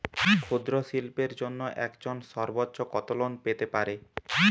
ক্ষুদ্রশিল্পের জন্য একজন সর্বোচ্চ কত লোন পেতে পারে?